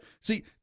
See